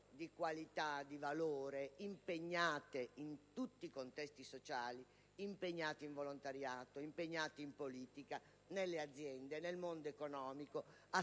Grazie